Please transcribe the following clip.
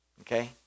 okay